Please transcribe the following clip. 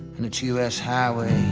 and it's us highway